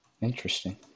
Interesting